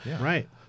Right